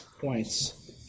points